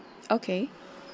okay